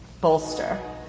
bolster